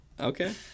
Okay